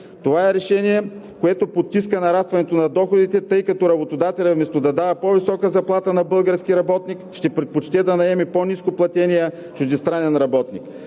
Това решение потиска нарастването на доходите, тъй като работодателят вместо да дава по-висока заплата на български работник, ще предпочете да наеме по-нископлатения чуждестранен работник.